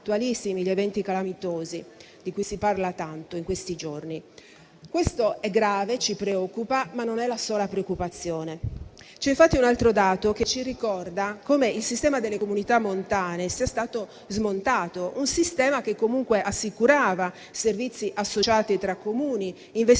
attualissimi gli eventi calamitosi, di cui si parla tanto in questi giorni. Questo è grave, ci preoccupa, ma non è la sola preoccupazione. C'è infatti un altro dato che ci ricorda come il sistema delle comunità montane sia stato smontato; un sistema che comunque assicurava servizi associati tra Comuni, investimenti